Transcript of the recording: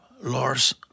Lars